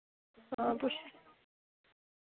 हां पुच्छनीं